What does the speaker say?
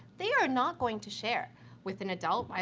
they are not going to share with an adult. why,